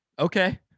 okay